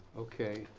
okay,